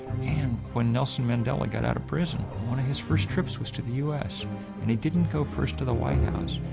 and when nelson mandela got out of prison, one of his first trips was to the us and he didn't go first to the white house,